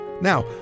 Now